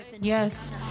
yes